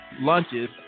lunches